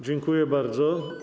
Dziękuję bardzo.